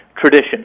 tradition